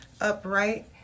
upright